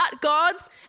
God's